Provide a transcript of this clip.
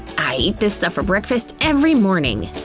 i eat this stuff for breakfast every morning.